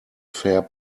fair